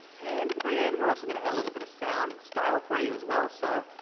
and at the very end, we're also gonna add a little bit of sound and style for you as well. so,